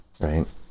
right